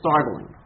startling